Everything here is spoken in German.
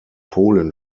polen